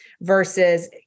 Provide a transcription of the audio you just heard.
versus